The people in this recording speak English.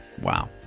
Wow